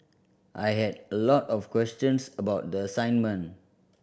I had a lot of questions about the assignment